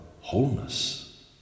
wholeness